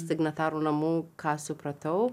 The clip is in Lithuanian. signatarų namų ką supratau